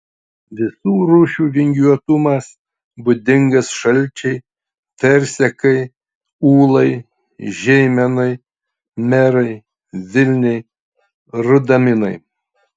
visų rūšių vingiuotumas būdingas šalčiai versekai ūlai žeimenai merai vilniai rudaminai